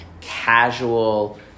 casual